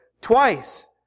twice